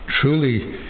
truly